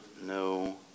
no